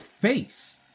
face